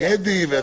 אתה